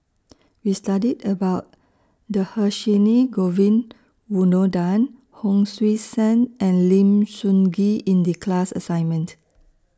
We studied about Dhershini Govin Winodan Hon Sui Sen and Lim Sun Gee in The class assignment